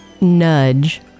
nudge